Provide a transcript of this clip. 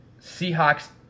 Seahawks